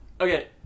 Okay